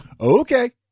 Okay